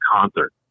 concert